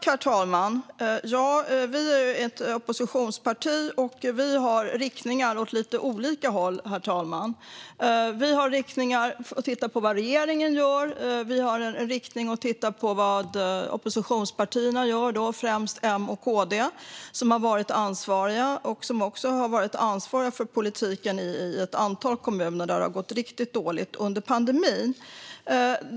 Herr talman! Vi är ett oppositionsparti och riktar oss åt olika håll. Vi tittar på vad regeringen gör. Vi tittar på vad andra oppositionspartier, främst M och KD, gör, som tidigare har haft ansvaret. De har också ansvaret för politiken i ett antal kommuner där det har gått riktigt dåligt under pandemin.